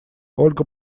ольга